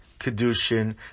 Kedushin